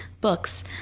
books